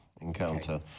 encounter